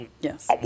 Yes